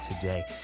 today